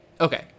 Okay